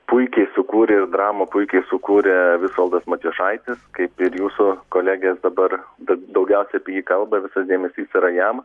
puikiai sukūrė ir dramų puikiai sukūrė visvaldas matijošaitis kaip ir jūsų kolegės dabar daugiausiai apie jį kalba visas dėmesys yra jam